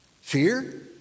Fear